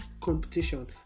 competition